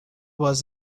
was